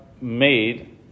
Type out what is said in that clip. made